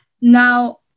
Now